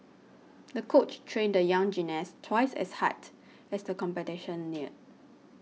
the coach trained the young gymnast twice as hard as the competition neared